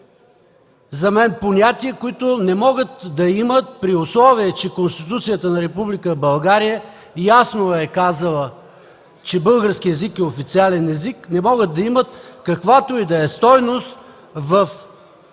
за мен понятия, които не могат да имат, при условие че Конституцията на Република България ясно е казала, че българският език е официален език, да имат каквато и да е стойност в една